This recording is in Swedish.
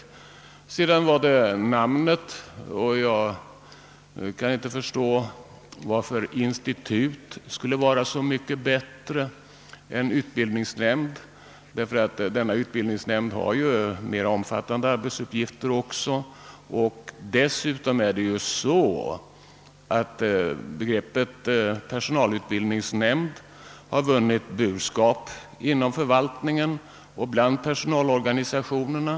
Vad sedan namnet beträffar kan jag inte förstå varför »institut» skulle vara så mycket bättre än »utbildningsnämnd». Denna utbildningsnämnd har även mera omfattande arbetsuppgifter. Begreppet = personalutbildningsnämnd har dessutom vunnit burskap inom förvaltningen och bland personalorganisationerna.